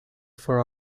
for